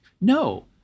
No